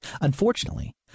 Unfortunately